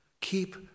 keep